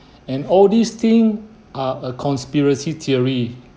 and all these thing are a conspiracy theory